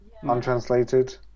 untranslated